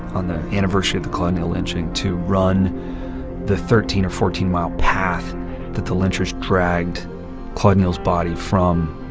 on the anniversary of the claude neal lynching, to run the thirteen or fourteen mile path that the lynchers dragged claude neal's body from,